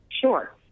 Sure